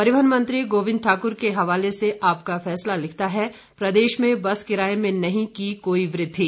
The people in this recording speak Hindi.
परिवहन मंत्री गोविंद ठाकुर के हवाले से आपका फैसला लिखता है प्रदेश में बस किराए में नहीं की कोई वृद्धि